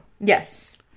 Yes